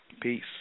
Peace